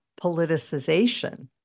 politicization